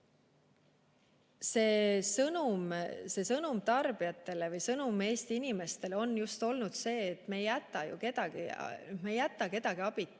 see sõnum tarbijatele või Eesti inimestele on just olnud see, et me ei jäta kedagi abita.